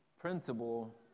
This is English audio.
principle